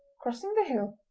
crossing the hill,